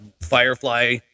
Firefly